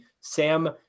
Sam